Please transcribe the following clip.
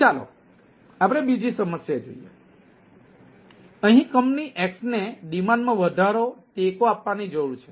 ચાલો આપણે બીજી સમસ્યા જોઈએ અહીં કંપની X ને ડિમાન્ડ માં વધારો ટેકો આપવાની જરૂર છે